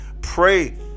Pray